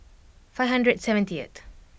five hundred and seventy eight